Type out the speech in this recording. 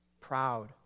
proud